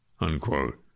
unquote